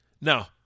Now